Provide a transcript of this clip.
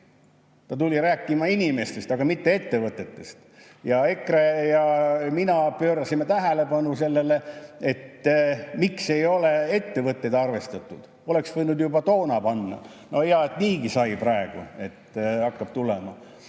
Ta tuli rääkima inimestest, aga mitte ettevõtetest. Ja EKRE ja mina pöörasime tähelepanu sellele, miks ei ole ettevõtteid arvestatud. Oleks võinud juba toona panna. Hea, et niigi sai praegu, et hakkab tulema.